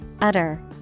utter